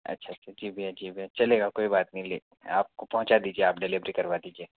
अच्छा अच्छा जी भैया जी भैया चलेगा कोई बात नहीं ले आपको पहुँचा दीजिए आप डिलीवरी करवा दीजिए